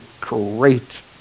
Great